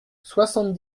soixante